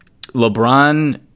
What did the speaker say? LeBron